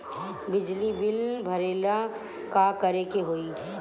बिजली बिल भरेला का करे के होई?